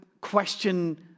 question